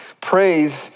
Praise